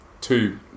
two